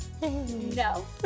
No